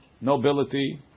nobility